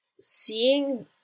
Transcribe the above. Seeing